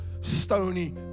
stony